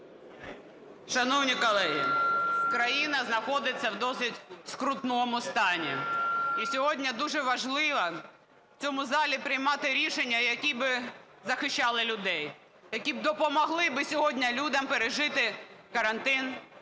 Шановні колеги, країна знаходиться у досить скрутному стані, і сьогодні дуже важливо в цьому залі приймати рішення, які б захищали людей, які допомогли би сьогодні людям пережити карантин,